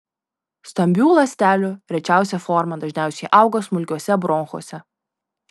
stambių ląstelių rečiausia forma dažniausiai auga smulkiuose bronchuose